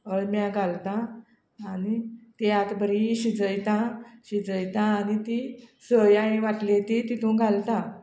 अळम्या घालता आनी ती आतां बरी शिजयता शिजयता आनी ती साय हांयें वाटली ती तितूंत घालता